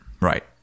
Right